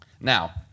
Now